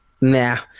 Nah